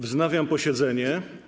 Wznawiam posiedzenie.